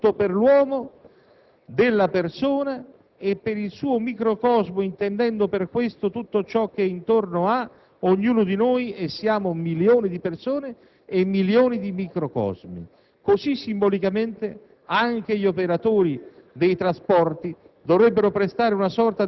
presta un giuramento a manifestazione del profondo rispetto dovuto per l'uomo, per la persona e per il suo microcosmo, intendendo per questo tutto ciò che ognuno di noi ha intorno, e siamo milioni di persone e milioni di microcosmi. Così, simbolicamente,